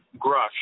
Grush